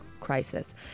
crisis